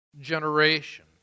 generation